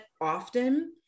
often